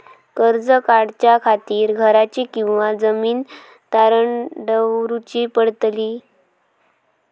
कर्ज काढच्या खातीर घराची किंवा जमीन तारण दवरूची पडतली?